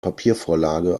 papiervorlage